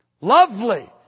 Lovely